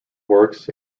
works